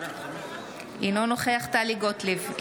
אינו נוכח טלי גוטליב,